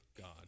God